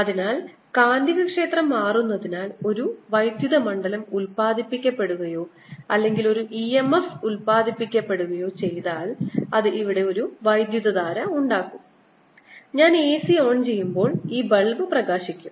അതിനാൽ കാന്തികക്ഷേത്രം മാറുന്നതിനാൽ ഒരു വൈദ്യുത മണ്ഡലം ഉത്പാദിപ്പിക്കപ്പെടുകയോ അല്ലെങ്കിൽ ഒരു EMF ഉത്പാദിപ്പിക്കപ്പെടുകയോ ചെയ്താൽ അത് ഇവിടെ ഒരു വൈദ്യുതധാര ഉണ്ടാക്കും ഞാൻ AC ഓൺ ചെയ്യുമ്പോൾ ഈ ബൾബ് പ്രകാശിക്കും